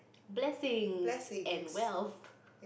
blessings and wealth